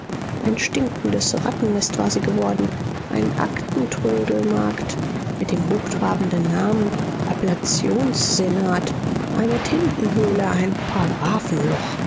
ein stinkendes rattennest war sie geworden ein aktentrödelmarkt mit dem hochtrabenden namen appellationssenat eine tintenhöhle ein